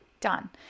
Done